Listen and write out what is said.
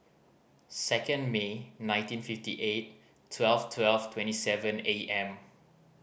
second May nineteen fifty eight twelve twelve twenty seven A M